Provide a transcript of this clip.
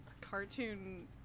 cartoon